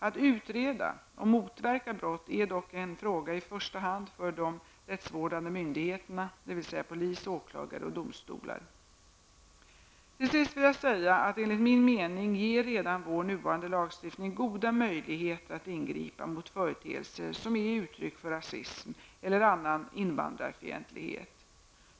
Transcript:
Att utreda och motverka brott är dock en fråga i första hand för de rättsvårdande myndigheterna, dvs. polis, åklagare och domstolar. Till sist vill jag säga att enligt min mening ger redan vår nuvarande lagstiftning goda möjligheter att ingripa mot företeelser som är uttryck för rasism eller annan invandrarfientlighet.